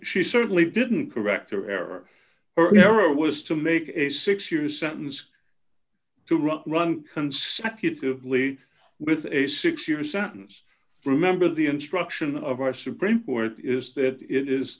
she certainly didn't correct or error or error was to make a six year sentence to run run consecutively with a six year sentence remember the instruction of our supreme court is that it is